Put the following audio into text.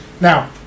Now